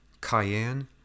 Cayenne